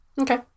Okay